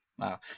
Wow